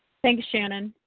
thanks shannon.